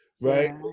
right